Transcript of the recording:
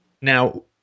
Now